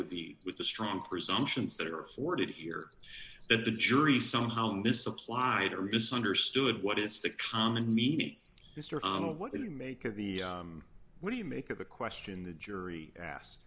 be with the strong presumptions that are afforded here that the jury somehow misapplied or misunderstood what is the common meaning of what do you make of the what do you make of the question the jury asked